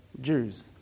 Jews